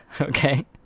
Okay